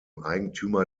eigentümer